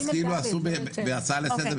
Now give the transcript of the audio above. אז אם לא עשו בהצעה לסדר,